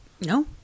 no